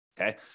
okay